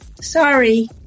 Sorry